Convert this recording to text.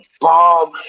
bomb